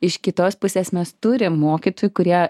iš kitos pusės mes turim mokytojų kurie